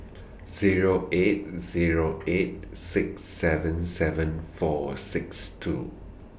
Zero eight Zero eight six seven seven four six two